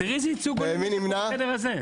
תראי איזה ייצוג הולם יש בחדר הזה.